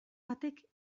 batek